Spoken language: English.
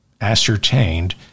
ascertained